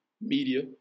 Media